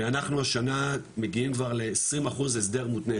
ואנחנו השנה מגיעים כבר ל־20% הסדר מותנה,